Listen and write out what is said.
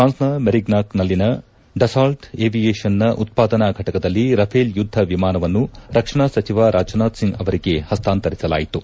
ಪ್ರಾನ್ಸ್ನ ಮೆರಿಗ್ನಾಕ್ನಲ್ಲಿನ ಡಸಾಲ್ಟ್ ಏವಿಯೇಷನ್ನ ಉತ್ಪಾದನಾ ಘಟಕದಲ್ಲಿ ರಫೇಲ್ ಯುದ್ದ ವಿಮಾನವನ್ನು ರಕ್ಷಣಾ ಸಚಿವ ರಾಜನಾಥ್ ಸಿಂಗ್ ಅವರಿಗೆ ಪಸ್ನಾಂತರಿಸಲಾಯಿತು